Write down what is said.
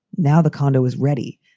now the condo is ready.